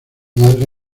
madre